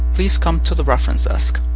please come to the reference desk.